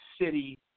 city